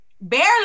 Barely